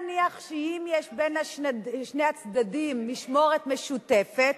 סביר להניח שאם יש בין שני הצדדים משמורת משותפת,